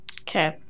Okay